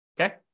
Okay